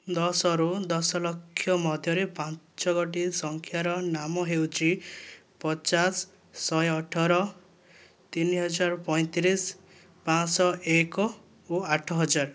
ଦଶରୁ ଦଶଲକ୍ଷ ମଧ୍ୟରେ ପାଞ୍ଚଗୋଟି ସଂଖ୍ୟାର ନାମ ହେଉଛି ପଚାଶ ଶହେ ଅଠର ତିନିହଜାର ପଇଁତିରିଶ ପାଞ୍ଚଶହ ଏକ ଓ ଆଠହଜାର